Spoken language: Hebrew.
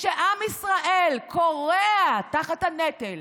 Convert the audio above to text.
וכשעם ישראל כורע תחת הנטל,